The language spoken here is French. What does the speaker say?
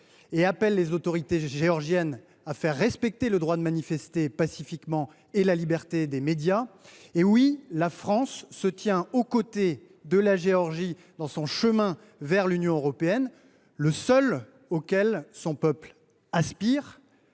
et appelle les autorités géorgiennes à faire respecter le droit de manifester pacifiquement et la liberté des médias. Oui, la France se tient aux côtés de la Géorgie dans son chemin vers l’Union européenne, qui est le seul auquel son peuple aspire.